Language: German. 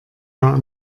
jahr